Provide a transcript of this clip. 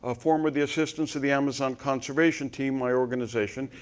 ah formed with the assistance of the amazon conservation team, my organization,